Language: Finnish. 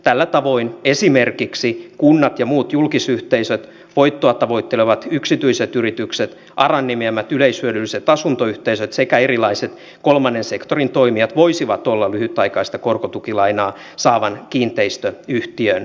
tällä tavoin esimerkiksi kunnat ja muut julkisyhteisöt voittoa tavoittelevat yksityiset yritykset aran nimeämät yleishyödylliset asuntoyhteisöt sekä erilaiset kolmannen sektorin toimijat voisivat olla lyhytaikaista korkotukilainaa saavan kiinteistöyhtiön omistajia